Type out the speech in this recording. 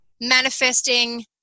manifesting